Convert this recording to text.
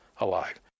alive